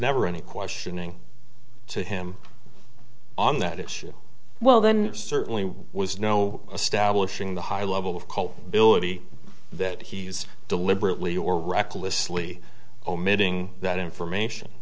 never any questioning to him on that issue well then certainly was no establishing the high level of culpability that he's deliberately or recklessly omitting that information